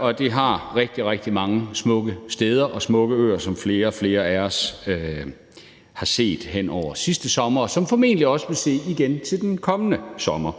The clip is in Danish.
og det har rigtig, rigtig mange smukke steder og smukke øer, som flere og flere af os har set hen over sidste sommer, og som vi formentlig også vil se igen den kommende sommer.